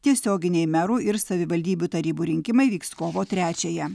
tiesioginiai merų ir savivaldybių tarybų rinkimai vyks kovo trečiąją